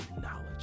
knowledge